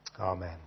Amen